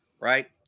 Right